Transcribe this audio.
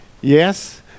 Yes